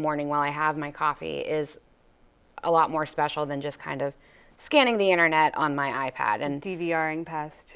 the morning while i have my coffee is a lot more special than just kind of scanning the internet on my i pad and d v r ing past